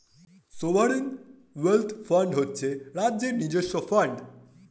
sovereign wealth fund হচ্ছে রাজ্যের নিজস্ব ফান্ড